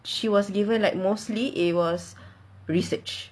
she was given like mostly it was research